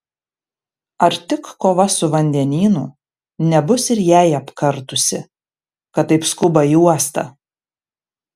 ar tik kova su vandenynu nebus ir jai apkartusi kad taip skuba į uostą